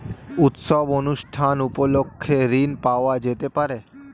উৎসব অনুষ্ঠান উপলক্ষে ঋণ পাওয়া যেতে পারে?